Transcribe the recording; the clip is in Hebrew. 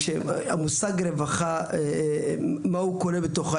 כשהמושג רווחה מה הוא כולל בתוכו?